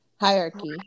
hierarchy